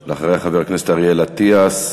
אחריה, חבר הכנסת אריאל אטיאס,